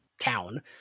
town